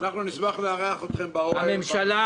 בממשלה